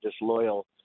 disloyal